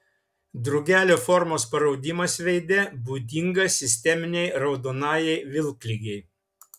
drugelio formos paraudimas veide būdingas sisteminei raudonajai vilkligei